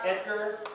Edgar